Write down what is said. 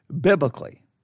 biblically